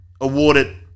awarded